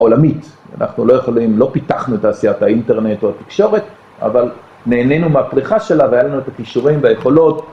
עולמית, אנחנו לא יכולים, לא פיתחנו את תעשיית האינטרנט או התקשורת, אבל נהנינו מהפריחה שלה, והיה לנו את הכישורים והיכולות